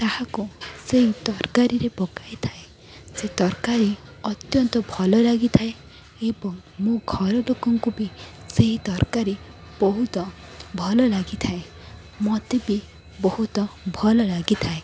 ତାହାକୁ ସେଇ ତରକାରୀରେ ପକାଇଥାଏ ସେ ତରକାରୀ ଅତ୍ୟନ୍ତ ଭଲ ଲାଗିଥାଏ ଏବଂ ମୋ ଘରଲୋକଙ୍କୁ ବି ସେ ତରକାରୀ ବହୁତ ଭଲ ଲାଗିଥାଏ ମୋତେ ବି ବହୁତ ଭଲ ଲାଗିଥାଏ